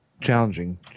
challenging